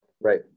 Right